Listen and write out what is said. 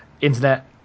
internet